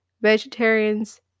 Vegetarians